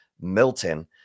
Milton